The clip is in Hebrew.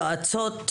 היועצות